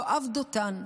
יואב דותן,